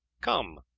come,